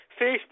Facebook